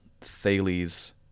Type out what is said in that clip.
Thales